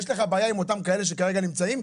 יש לך בעיה עם אותם כאלה שכרגע נמצאים?